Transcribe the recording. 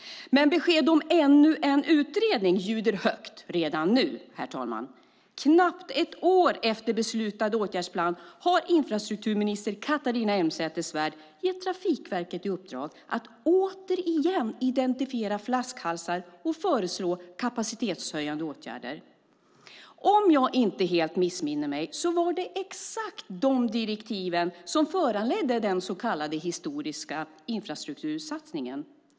Men besked om ännu en utredning ljuder högt redan nu, herr talman. Knappt ett år efter beslutad åtgärdsplan har infrastrukturminister Catharina Elmsäter-Svärd gett Trafikverket i uppdrag att återigen identifiera flaskhalsar och föreslå kapacitetshöjande åtgärder. Om jag inte helt missminner mig var det exakt de direktiven som föranledde den så kallade historiska infrastruktursatsningen.